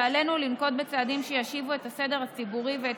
ועלינו לנקוט צעדים שישיבו את הסדר הציבורי ואת